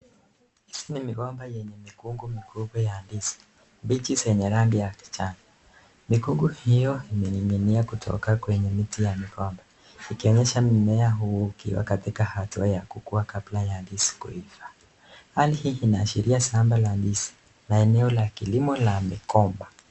Hizi ni migomba yenye mikungu mikubwa ya ndizi mbichi zenye rangi ya kijani, mikungu hiyo imening'inia kutoka kwenye miti ya migomba. Ikionyesha mimea huu ikiwa katika hatua ya kukua kabla ya ndizi kuiva. Hali hii inaashiria shamba la ndizi na eneo la kilimo la migomba.